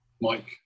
Mike